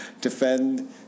defend